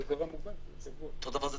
אל